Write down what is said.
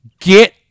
Get